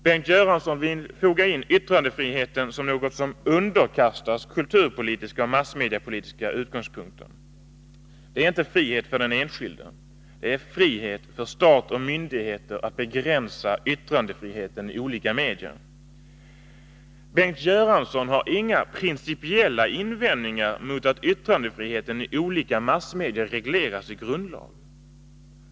Bengt Göransson vill foga in yttrandefriheten som något som underkastas kulturpolitiska och massmediepolitiska utgångspunkter. Det är inte frihet för den enskilde, det är frihet för stat och myndigheter att begränsa yttrandefriheten i olika medier. Bengt Göransson har inga principiella invändningar mot att yttrandefriheten i olika massmedier regleras i grundlagen.